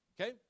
Okay